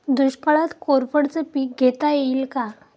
दुष्काळात कोरफडचे पीक घेता येईल का?